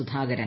Sudhakaran